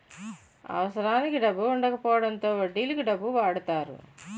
అవసరానికి డబ్బు వుండకపోవడంతో వడ్డీలకు డబ్బు వాడతారు